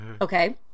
Okay